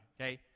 Okay